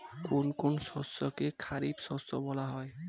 কোন কোন শস্যকে খারিফ শস্য বলা হয়?